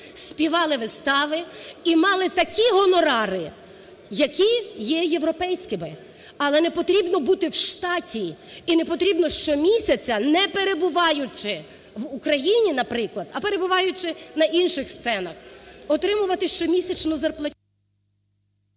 співали вистави і мали такі гонорари, які є європейськими. Але не потрібно бути в штаті і не потрібно щомісяця, не перебуваючи в Україні, наприклад, а перебуваючи на інших сценах, отримувати щомісячну зарплатню…